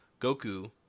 Goku